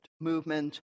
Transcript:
movement